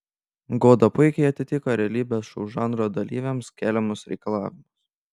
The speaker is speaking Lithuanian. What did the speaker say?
goda puikiai atitiko realybės šou žanro dalyviams keliamus reikalavimus